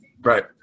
right